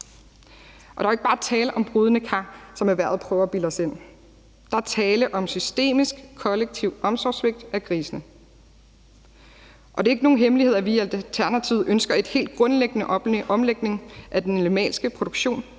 Der er ikke bare tale om brodne kar, som erhvervet prøver at bilde os ind. Der er tale om systemisk, kollektivt omsorgssvigt af grisene. Og det er ikke nogen hemmelighed, at vi i Alternativet ønsker en helt grundlæggende omlægning af den animalske produktion